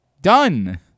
Done